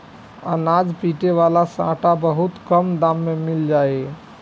अनाज पीटे वाला सांटा बहुत कम दाम में मिल जाई